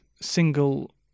single